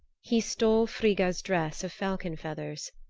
he stole frigga's dress of falcon feathers.